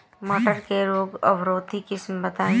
मटर के रोग अवरोधी किस्म बताई?